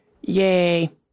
Yay